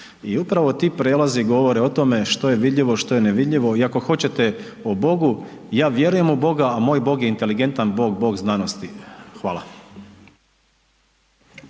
i upravo ti prijelazi govore o tome što je vidljivo, što je nevidljivo. I ako hoćete o bogu, ja vjerujem u boga a moj bog je inteligentan bog, bog znanosti. Hvala.